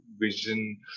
vision